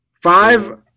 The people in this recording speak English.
Five